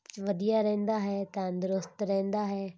'ਚ ਵਧੀਆ ਰਹਿੰਦਾ ਹੈ ਤੰਦਰੁਸਤ ਰਹਿੰਦਾ ਹੈ